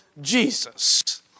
Jesus